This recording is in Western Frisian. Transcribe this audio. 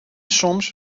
soms